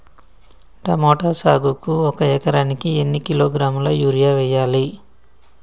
Tomato సాగుకు ఒక ఎకరానికి ఎన్ని కిలోగ్రాముల యూరియా వెయ్యాలి?